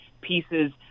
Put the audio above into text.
pieces